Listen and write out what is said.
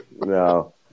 No